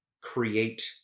create